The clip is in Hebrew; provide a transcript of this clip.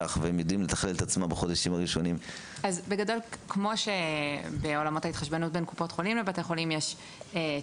חוק בריאות ממלכתי בתוספת השנייה מגדיר שקופת החולים היא הגורם